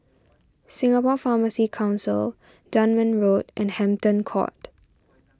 Singapore Pharmacy Council Dunman Road and Hampton Court